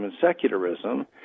Secularism